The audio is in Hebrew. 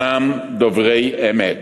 כי שמה ישבו כסאות למשפט,